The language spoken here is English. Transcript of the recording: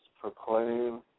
proclaim